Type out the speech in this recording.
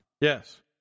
Yes